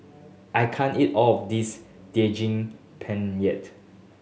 I can't eat all of this Daging Penyet